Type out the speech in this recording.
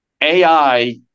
AI